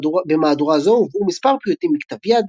במהדורה זו הובאו מספר פיוטים מכתב יד,